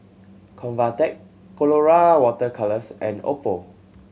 Convatec Colora Water Colours and Oppo